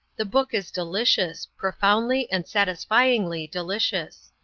the book is delicious profoundly and satisfyingly delicious.